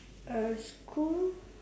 err school